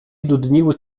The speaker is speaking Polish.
dudniły